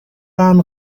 bahn